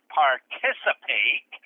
participate